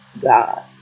God